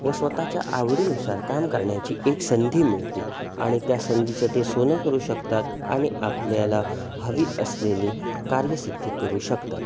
व स्वतःच्या आवडीनुसार काम करण्याची एक संधी मिळते आणि त्या संधीचं ते सोनं करू शकतात आणि आपल्याला हवी असलेली कार्यसिद्धी करू शकतात